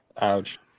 Ouch